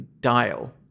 dial